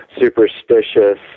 superstitious